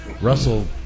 Russell